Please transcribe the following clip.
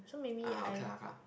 uh okay lah okay lah